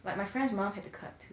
but my friend's mum had to cut too